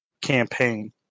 campaign